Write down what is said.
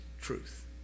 truth